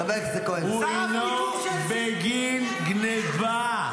כתב האישום הוא אינו בגין גנבה.